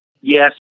Yes